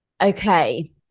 Okay